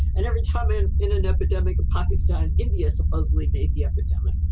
and every time in in an epidemic of pakistan, india supposedly made the epidemic.